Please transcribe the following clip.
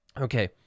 Okay